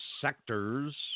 sectors